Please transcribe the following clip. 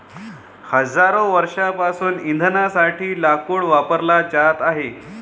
हजारो वर्षांपासून इंधनासाठी लाकूड वापरला जात आहे